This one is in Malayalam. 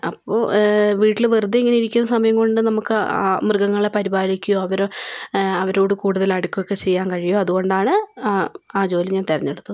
അപ്പോൾ വീട്ടില് വെറുതെ ഇങ്ങനെ ഇരിക്കുന്ന സമയം കൊണ്ട് നമക്ക് അ ആ മൃഗങ്ങളെ പരുപാലിക്കുകയോ അവരൊ അവരോട് കൂടുതൽ അടുക്കുകയൊക്കെ ചെയ്യാൻ കഴിയും അതുകൊണ്ടാണ് അ ആ ജോലി ഞാൻ തിരഞ്ഞെടുത്തത്